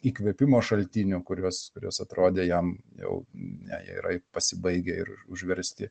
įkvėpimo šaltinių kuriuos kurios atrodė jam jau ne jie yra pasibaigę ir užversti